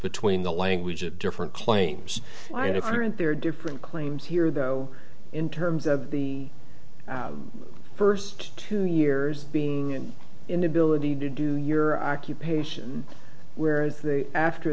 between the language of different claims i know for and there are different claims here though in terms of the first two years being an inability to do your occupation where is the after